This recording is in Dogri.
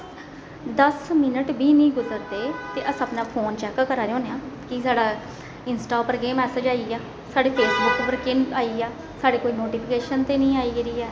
दस मिन्ट बी नेईं रुकी सकदे ते अस अपना फोन चेक करा दे होन्ने आं कि साढ़ा इस्टां उप्पर केह् मैसज आई गेआ साढ़े फेसबुक उप्पर केह् मैसज आई गेआ साढ़े कोई नोटीफिकेशन ते नेईं आई गेदी ऐ